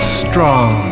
strong